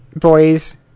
Boys